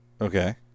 Okay